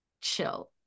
chill